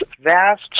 vast